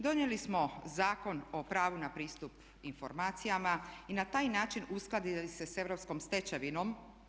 Donijeli smo Zakon o pravu na pristup informacijama i na taj način uskladili se sa europskom stečevinom.